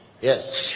Yes